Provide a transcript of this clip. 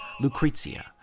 Lucrezia